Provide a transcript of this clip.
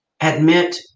admit